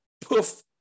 poof